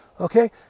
okay